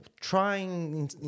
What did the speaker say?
trying